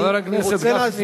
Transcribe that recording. רוצה להסביר,